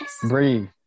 Breathe